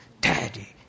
Daddy